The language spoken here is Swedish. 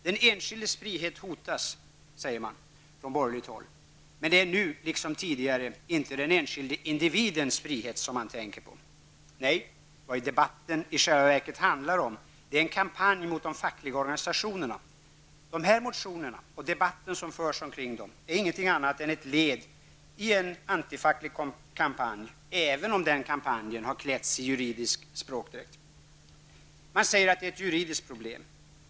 Den enskildes frihet hotas, säger man från borgerligt håll, men det är nu, liksom tidigare, inte den enskilde individens frihet som man tänker på. Nej, vad debatten i själva verket handlar om är en kampanj mot de fackliga organisationerna. De här motionerna och debatten som förs omkring dem är ingenting annat än ett led i en antifacklig kampanj, även om den kampanjen har klätts i juridisk språkdräkt. Man säger att det är ett juridiskt problem.